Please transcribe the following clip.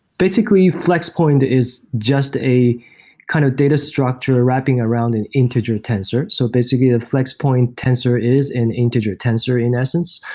basically, flex point is just a kind of data structure wrapping around an integer tensor. so basically, a flex point tensor is an integer tensor in essence.